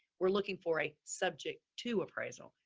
we're looking for a subject to appraisal.